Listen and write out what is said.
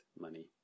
money